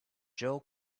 joe